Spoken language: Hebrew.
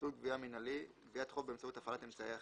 "מסלול גבייה מינהלי" גביית חוב באמצעות הפעלת אמצעי אכיפה,